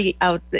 out